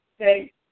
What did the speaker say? okay